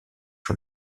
sur